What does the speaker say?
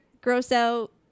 gross-out